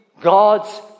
God's